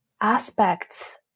aspects